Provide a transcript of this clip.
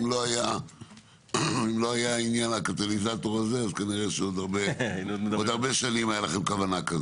אם לא היה הקטליזטור הזה אז כנראה שעוד הרבה שנים הייתה לכם כזאת.